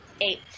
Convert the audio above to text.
Eight